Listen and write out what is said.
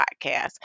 podcast